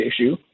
issue